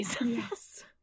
Yes